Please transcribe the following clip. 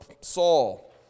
Saul